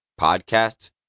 podcasts